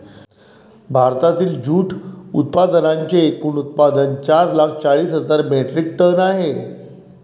भारतातील जूट उत्पादनांचे एकूण उत्पादन चार लाख चाळीस हजार मेट्रिक टन आहे